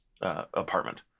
apartment